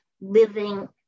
living